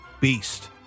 beast